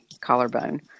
collarbone